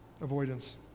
avoidance